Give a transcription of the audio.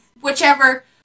whichever